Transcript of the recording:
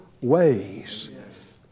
ways